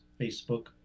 Facebook